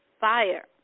fire